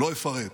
לא אפרט.